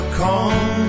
calm